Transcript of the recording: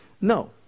No